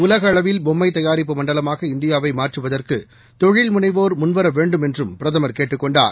உலகஅளவில்பொம்மைதயாரிப்புமண்டலமாகஇந்தி யாவைமாற்றுவதற்கு தொழில்முனைவோர்முன்வரவேண்டும்என்றும்பிரதமர்கேட் டுக்கொண்டார்